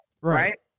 Right